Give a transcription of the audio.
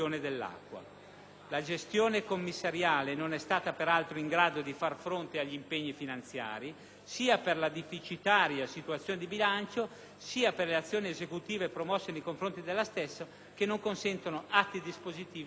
La gestione commissariale non è stata, peraltro, in grado di far fronte agli impegni finanziari, sia per la deficitaria situazione di bilancio, sia per le azioni esecutive promosse nei confronti della stessa, che non consentono atti dispositivi del patrimonio.